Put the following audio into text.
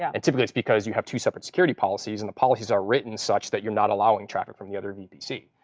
yeah and typically it's because you have two separate security policies, and the policies are written such that you're not allowing traffic from the other vpc.